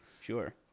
Sure